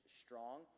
strong